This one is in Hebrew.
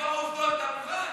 אתה אומר שלקבוע עובדות אתה מוכן?